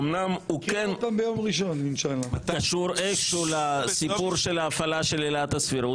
אמנם הוא כן קשור איך שהוא לסיפור של ההפעלה של עילת הסבירות